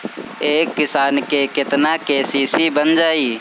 एक किसान के केतना के.सी.सी बन जाइ?